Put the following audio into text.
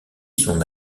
son